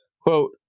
Quote